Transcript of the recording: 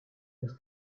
des